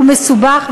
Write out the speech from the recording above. הוא מסובך,